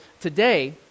today